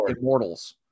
immortals